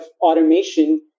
automation